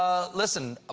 ah listen, ah